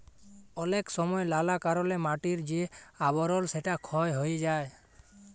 অলেক সময় লালা কারলে মাটির যে আবরল সেটা ক্ষয় হ্যয়ে যায়